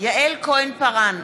יעל כהן-פארן,